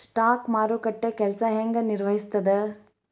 stock ಮಾರುಕಟ್ಟೆ ಕೆಲ್ಸ ಹೆಂಗ ನಿರ್ವಹಿಸ್ತದ